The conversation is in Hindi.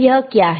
अब यह क्या है